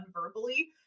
verbally